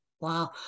Wow